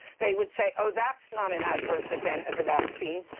they would say, oh, that's not an adverse event of the vaccine.